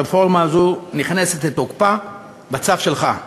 הרפורמה הזו נכנסת לתוקפה בצו שלך,